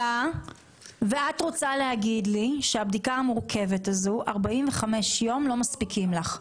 ואת רוצה להגיד לי שלבדיקה המורכבת הזאת 45 יום לא מספיקים לך?